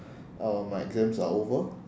all of my exams are over